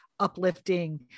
uplifting